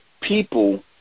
people